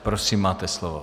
Prosím, máte slovo.